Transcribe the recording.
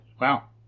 Wow